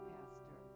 Pastor